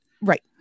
right